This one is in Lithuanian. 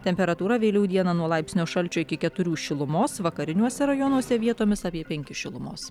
temperatūra vėliau dieną nuo laipsnio šalčio iki keturių šilumos vakariniuose rajonuose vietomis apie penkis šilumos